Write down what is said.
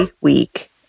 week